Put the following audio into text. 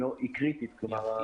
זה דבר קריטי.